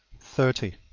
thirty.